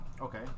Okay